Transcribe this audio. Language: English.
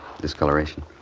discoloration